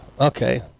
Okay